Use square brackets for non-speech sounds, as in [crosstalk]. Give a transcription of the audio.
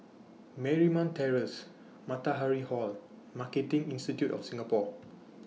Marymount Terrace Matahari Hall and Marketing Institute of Singapore [noise]